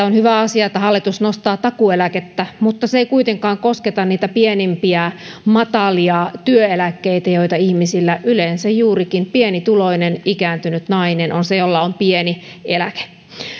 on hyvä asia että hallitus nostaa takuueläkettä mutta se ei kuitenkaan kosketa niitä pienimpiä matalia työeläkkeitä yleensä juurikin pienituloinen ikääntynyt nainen on se jolla on pieni eläke